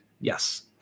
Yes